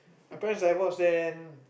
my parents divorce then